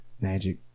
magic